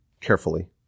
carefully